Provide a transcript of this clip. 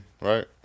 right